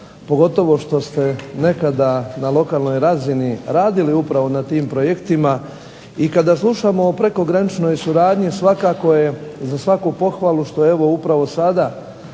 pogotovo što ste nekada na lokalnoj razini radili na tim projektima, i kada slušamo o prekograničnoj suradnji svakako je za svaku pohvalu što upravo sada